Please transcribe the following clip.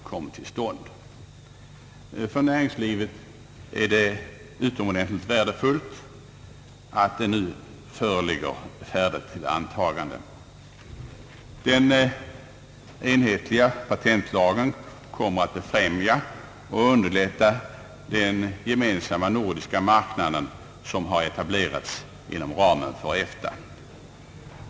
För näringslivet är det utomordentligt värdefullt att detta verk nu föreligger här till antagande. Den enhetliga patentlagen kommer att befrämja och underlätta den gemensamma nordiska marknad, som etablerats inom ramen för EFTA.